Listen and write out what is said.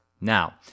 Now